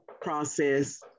process